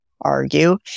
argue